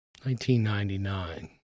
1999